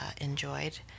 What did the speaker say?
enjoyed